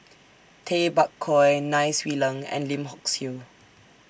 Tay Bak Koi Nai Swee Leng and Lim Hock Siew